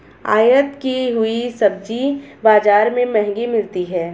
आयत की हुई सब्जी बाजार में महंगी मिलती है